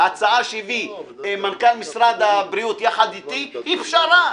ההצעה שהביא מנכ"ל משרד הבריאות יחד איתי היא פשרה.